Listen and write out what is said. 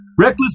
reckless